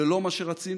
זה לא מה שרצינו,